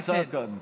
והוא נמצא כאן.